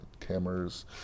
cameras